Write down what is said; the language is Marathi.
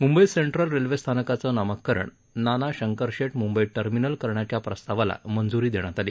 मुंबई सेंट्रल रेल्वे स्थानकाचं नामकरण नाना शंकरशेट मुंबई टर्मिनल करण्याच्या प्रस्तावाला मंज्री देण्यात आली